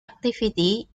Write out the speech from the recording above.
activity